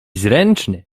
zręczny